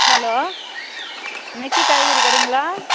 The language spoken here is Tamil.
ஹலோ நிக்கி காய்கறி கடைங்களா